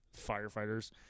firefighters